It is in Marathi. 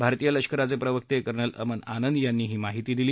भारतीय लष्कराचे प्रवक्ते कर्नल अमन आनंद यांनी ही माहिती दिली